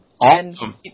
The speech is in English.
Awesome